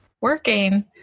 working